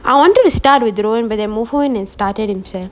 I wanted to start with rowen but that movement he started himself